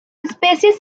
especies